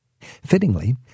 Fittingly